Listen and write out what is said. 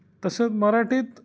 तसंच मराठीत